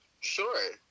sure